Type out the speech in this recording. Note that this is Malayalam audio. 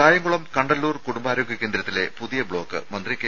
കായംകുളം കണ്ടല്ലൂർ കുടുംബാരോഗ്യ കേന്ദ്രത്തിലെ പുതിയ ബ്ലോക്ക് മന്ത്രി കെ